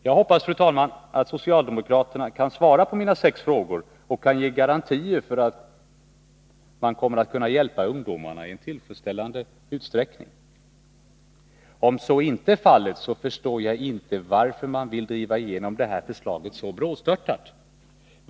Jag hoppas, fru talman, att socialdemokraterna kan svara på mina sex frågor och kan ge garantier för att man kommer att kunna hjälpa ungdomarna i tillfredsställande utsträckning. Om så inte är fallet förstår jag inte varför man vill driva igenom det här förslaget så brådstörtat.